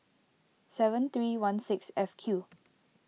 seven three one six F Q